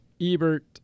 Ebert